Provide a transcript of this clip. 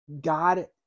God